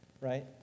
right